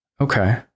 Okay